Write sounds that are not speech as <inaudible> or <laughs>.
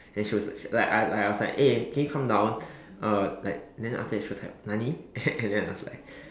then she was like I like I was like eh can you come down uh like then after that she was like Nani <laughs> and then I was like